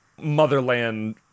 motherland